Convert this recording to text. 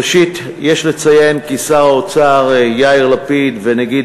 ראשית יש לציין כי שר האוצר יאיר לפיד ונגיד